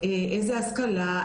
איזה השכלה,